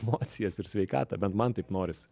emocijas ir sveikatą bent man taip norisi